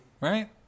right